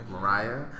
Mariah